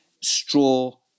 Straw